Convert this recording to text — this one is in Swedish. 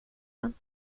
den